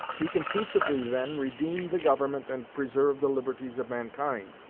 you can peaceably, then, redeem the government and preserve the liberties of mankind,